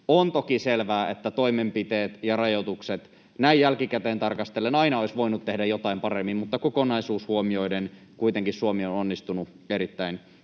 On toki selvää, että toimenpiteissä ja rajoituksissa näin jälkikäteen tarkastellen aina olisi voitu tehdä jotain paremmin, mutta kokonaisuus huomioiden Suomi on kuitenkin onnistunut erittäin